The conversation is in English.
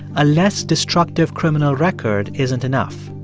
a less destructive criminal record isn't enough.